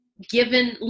given